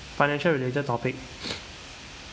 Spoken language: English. financial related topic